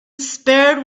spared